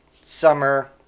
summer